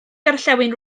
gorllewin